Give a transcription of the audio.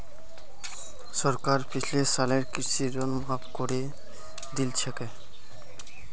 सरकार पिछले सालेर कृषि ऋण माफ़ करे दिल छेक